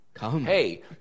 Hey